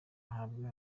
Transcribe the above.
ahanwe